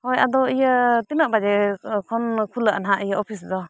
ᱦᱳᱭ ᱟᱫᱚ ᱤᱭᱟᱹ ᱛᱤᱱᱟᱹᱜ ᱵᱟᱡᱮ ᱠᱷᱚᱱ ᱠᱷᱩᱞᱟᱹᱜᱼᱟ ᱱᱟᱦᱟᱸᱜ ᱤᱭᱟᱹ ᱚᱯᱷᱤᱥ ᱫᱚ